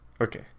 Okay